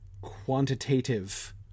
quantitative